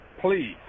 Please